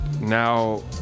now